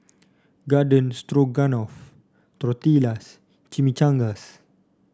Garden Stroganoff Tortillas Chimichangas